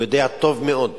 הוא יודע טוב מאוד